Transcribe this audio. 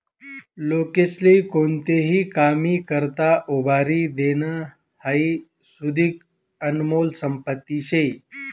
लोकेस्ले कोणताही कामी करता उभारी देनं हाई सुदीक आनमोल संपत्ती शे